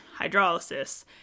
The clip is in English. hydrolysis